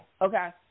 Okay